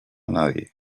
nadie